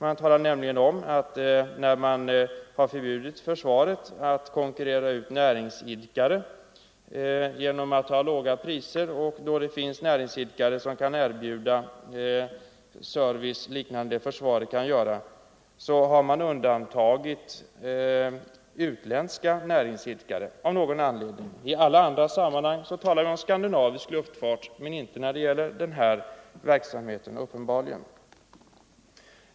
Man talar nämligen om att när man förbjudit försvaret att konkurrera ut näringsidkare genom att hålla låga priser för tjänster som näringsidkare kan utföra, så har man av någon anledning undantagit utländska näringsidkare. I alla andra sammanhang talar vi om skandinavisk luftfart, men det gäller uppenbarligen inte den här verksamheten.